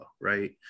right